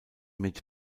mit